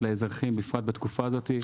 ולדאוג לאזרחים, בפרט בתקופה הזאת.